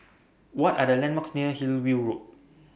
What Are The landmarks near Hillview Road